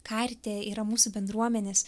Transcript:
karite yra mūsų bendruomenės